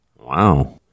Wow